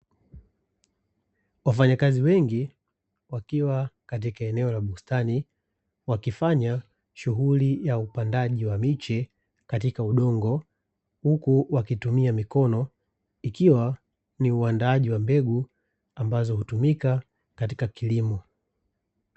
Wafanyakazi wengi wakiwa katika eneo la bustani wakifanya shughuli ya upandaji wa miche katika udongo huku wakitumia mikono ikiwa ni uandaaji wa mbegu ambazo hutumika katika kilimo.